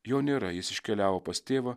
jo nėra jis iškeliavo pas tėvą